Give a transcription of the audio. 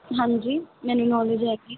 ਹਾਂਜੀ ਮੈਨੂੰ ਨੌਲੇਜ ਹੈਗੀ